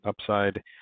upside